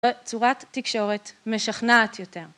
בצורת תקשורת משכנעת יותר.